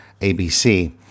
ABC